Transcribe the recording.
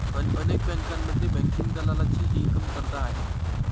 अनेक बँकांमध्ये बँकिंग दलालाची ही कमतरता आहे